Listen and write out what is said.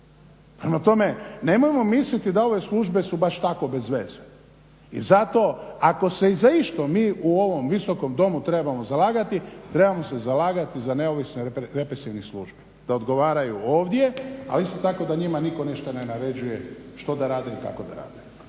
tome nemojmo misliti da ove službe su baš tako bezveze. I zato ako se i za išta mi u ovom Visokom domu trebamo zalagati, trebamo se zalagati za neovisne represivne službe, da odgovaraju ovdje, ali isto tako da njima nitko ništa ne naređuje što da rade i kako da rade.